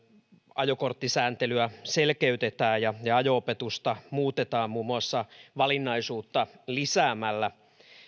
ajokorttisääntelyä selkeytetään ja ajo opetusta muutetaan muun muassa valinnaisuutta lisäämällä